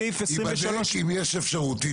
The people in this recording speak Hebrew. ייבדק אם יש אפשרות.